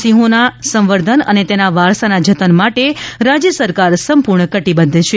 સિંહોના સંવર્ધન અને તેના વારસાના જતન માટે રાજ્ય સરકાર સંપૂર્ણ કટિબદ્ધ છે